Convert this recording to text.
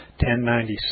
1096